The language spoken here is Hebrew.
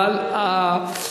מאה אחוז.